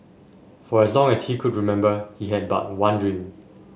for as long as he could remember he had but one dream